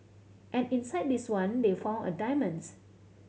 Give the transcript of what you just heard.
and inside this one they found diamonds